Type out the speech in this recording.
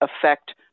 affect